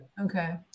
Okay